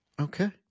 Okay